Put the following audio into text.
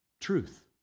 Truth